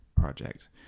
project